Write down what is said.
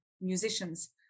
musicians